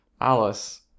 Alice